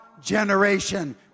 generation